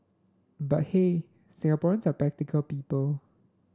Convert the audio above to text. but hey Singaporeans are practical people